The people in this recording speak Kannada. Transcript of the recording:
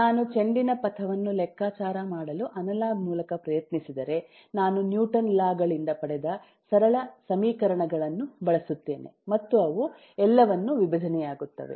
ನಾನು ಚೆಂಡಿನ ಪಥವನ್ನು ಲೆಕ್ಕಾಚಾರ ಮಾಡಲು ಅನಲಾಗ್ ಮೂಲಕ ಪ್ರಯತ್ನಿಸಿದರೆ ನಾನು ನ್ಯೂಟನ್ ಲಾ ಗಳಿಂದ ಪಡೆದ ಸರಳ ಸಮೀಕರಣಗಳನ್ನು ಬಳಸುತ್ತೇನೆ ಮತ್ತು ಅವು ಎಲ್ಲವನ್ನು ವಿಭಜನೆಯಾಗುತ್ತವೆ